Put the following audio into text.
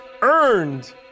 earned